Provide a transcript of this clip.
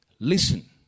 Listen